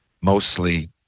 mostly